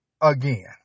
again